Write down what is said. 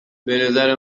نظر